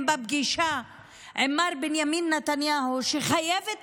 בפגישה עם מר בנימין נתניהו הוא שחייבת